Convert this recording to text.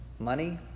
money